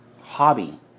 hobby